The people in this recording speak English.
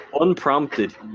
unprompted